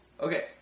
Okay